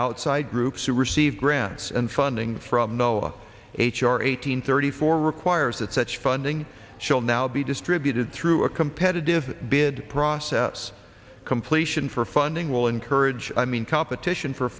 outside groups who receive grants and funding from no h r eight hundred thirty four requires that such funding shall now be distributed through a competitive bid process completion for funding will encourage i mean competition for